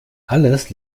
alles